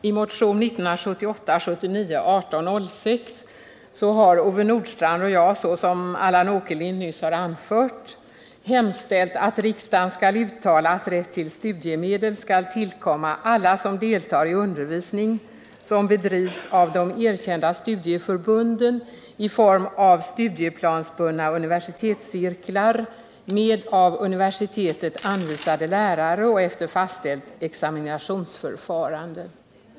I motionen 1978/79:1806 har Ove Nordstrandh och jag hemställt att riksdagen skall uttala att rätt till studiemedel skall tillkomma alla som deltar i undervisning som bedrivs av de erkända studieförbunden i form av studieplansbundna universitetscirklar med av universitetet anvisade lärare och efter fastställt examinationsförfarande.